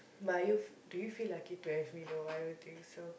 but are you f~ do you feel lucky to have me though I don't think so